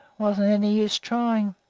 wasn't any use trying.